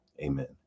amen